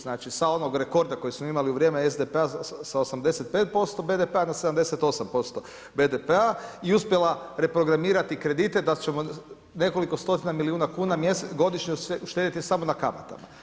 Znači sa onog rekorda koje smo mi imali u vrijeme SDP-a sa 85% BDP-a na 78% BDP-a i uspjela reprogramirati kredite da ćemo nekoliko 100 milijuna kuna godišnje uštedjeti samo na kamatama.